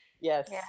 yes